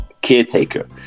caretaker